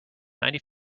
ninety